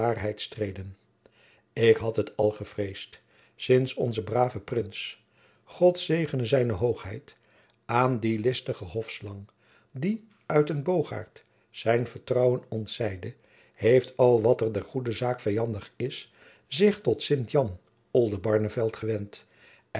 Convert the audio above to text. ik had het al gevreesd sints onze brave prins god zegene zijne hoogheid aan die listige hofslang die uytenbogaert zijn vertrouwen ontzeide heeft al wat der goede zaak vijandig is zich tot sint